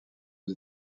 aux